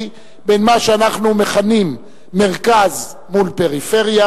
בין מה שאנחנו מכנים מרכז מול פריפריה,